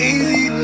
Easy